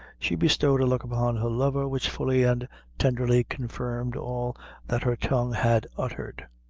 she bestowed a look upon her lover which fully and tenderly confirmed all that her tongue had uttered.